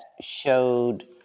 showed